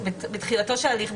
בתחילתו של הליך,